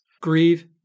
grieve